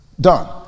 Done